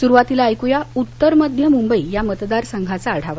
सुरुवातीला ऐकुया उत्तर मध्य मुंबई या मतदारसंघाचा आढावा